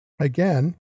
again